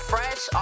Fresh